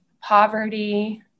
poverty